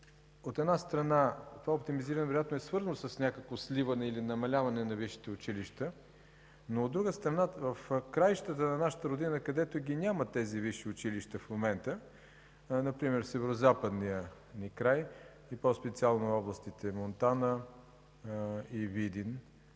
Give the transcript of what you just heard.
от една страна, това оптимизиране вероятно е свързано с някакво сливане или намаляване на висшите училища, но, от друга страна, в краищата на нашата родина, където ги няма тези висши училища в момента, например в Северозападния ни край и по-специално областите Монтана и Видин,